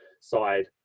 side